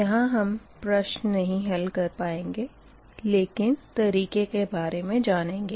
यहाँ हम प्रश्न नही हल कर पाएँगे लेकिन तरीक़े के बारे मे जनेंगे